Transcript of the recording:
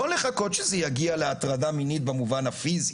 לא לחכות שזה יגיע להטרדה מינית במובן הפיזי,